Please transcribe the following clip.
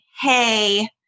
Hey